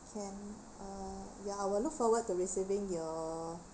can uh ya I will look forward to receiving your